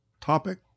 topic